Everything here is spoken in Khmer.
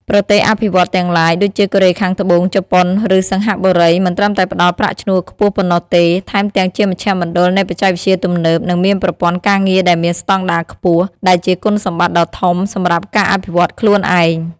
ប្រទេសអភិវឌ្ឍន៍ទាំងឡាយ ដូចជាកូរ៉េខាងត្បូង ជប៉ុន ឬសិង្ហបុរី មិនត្រឹមតែផ្ដល់ប្រាក់ឈ្នួលខ្ពស់ប៉ុណ្ណោះទេ ថែមទាំងជាមជ្ឈមណ្ឌលនៃបច្ចេកវិទ្យាទំនើប និងមានប្រព័ន្ធការងារដែលមានស្តង់ដារខ្ពស់ ដែលជាគុណសម្បត្តិដ៏ធំសម្រាប់ការអភិវឌ្ឍខ្លួនឯង។